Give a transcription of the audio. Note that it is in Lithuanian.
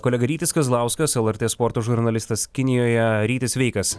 kolega rytis kazlauskas lrt sporto žurnalistas kinijoje ryti sveikas